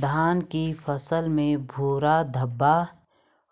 धान की फसल में भूरा धब्बा